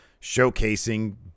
showcasing